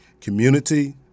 Community